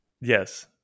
Yes